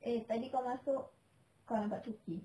eh tadi kau masuk kau angkat cuki